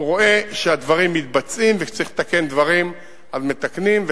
רואה שהדברים מתבצעים וכשצריך לתקן דברים אז מתקנים.